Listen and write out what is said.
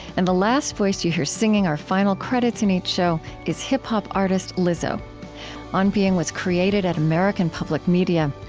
and the last voice you hear singing our final credits in each show is hip-hop artist lizzo on being was created at american public media.